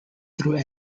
through